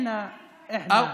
(לא,